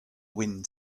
wind